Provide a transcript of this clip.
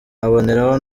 aboneraho